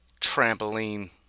Trampoline